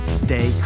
stay